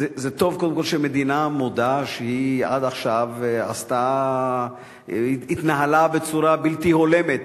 זה טוב שמדינה מודה שעד עכשיו היא התנהלה בצורה בלתי הולמת